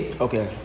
Okay